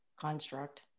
construct